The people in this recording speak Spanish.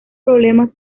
problemas